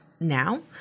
Now